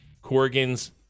Corgan's